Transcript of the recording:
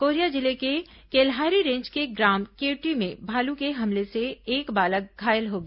Korea जिले के Kelhari range के ग्राम केवटी में भालू के हमले से एक बालक घायल हो गया